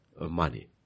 money